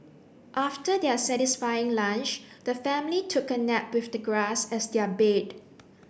after their satisfying lunch the family took a nap with the grass as their bed